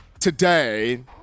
today